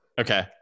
okay